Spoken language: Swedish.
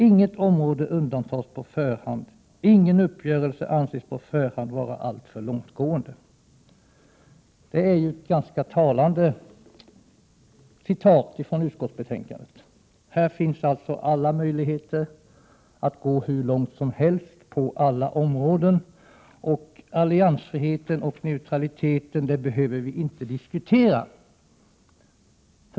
Inget område undantas på förhand, ingen uppgörelse anses på förhand vara alltför långtgående.” Detta är ett ganska talande citat från utskottsbetänkandet. Här finns alltså alla möjligheter att gå hur långt som helst på alla områden. Alliansfriheten och neutraliteten behöver vi inte diskutera.